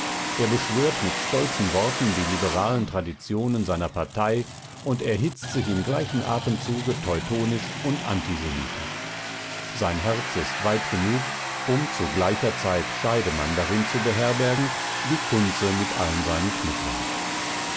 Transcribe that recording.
er beschwört mit stolzen worten die liberalen traditionen seiner partei und erhitzt sich im gleichen atemzuge teutonisch und antisemitisch sein herz ist weit genug um zu gleicher zeit scheidemann darin zu beherbergen wie kunze mit allen seinen knüppeln